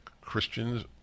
Christians